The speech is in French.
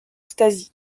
stasi